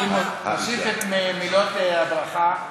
אני אמשיך את מילות הברכה,